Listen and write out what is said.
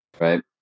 right